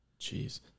Jeez